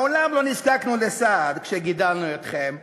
"מעולם לא נזקקנו לסעד כשגידלנו אתכם",